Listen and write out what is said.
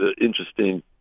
interesting